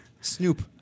Snoop